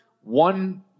one